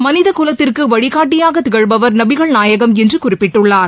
மனிதகுலத்திற்குவழிகாட்டியாகதிகழ்பவர் நபிகள் நாயகம் என்றுகுறிப்பிட்டுள்ளார்